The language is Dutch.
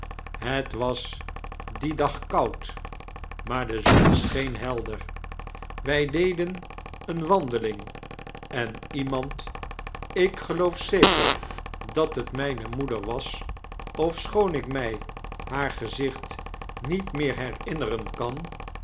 heit was dien dag koud maar de zon scheen helder wij deden eene wandeling en iemand ik geloof zeker dat het mijne raoeder was ofschoon ik mij haar gezicht niet meer herinneren kan